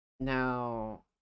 now